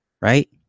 right